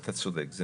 אתה צודק,